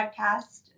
podcast